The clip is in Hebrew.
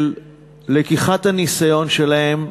של לקיחת הניסיון שלהם,